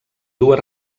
dues